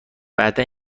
بعدا